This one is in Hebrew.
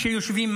כשהם יושבים,